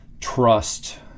trust